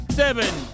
seven